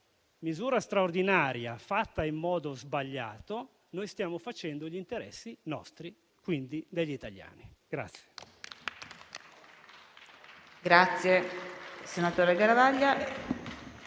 misura straordinaria, fatta in modo sbagliato, stiamo facendo gli interessi nostri, quindi degli italiani.